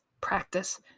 Practice